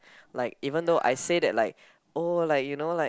like even though I say that like oh like you know like